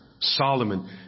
Solomon